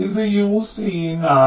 ഇത് UCin ആണ്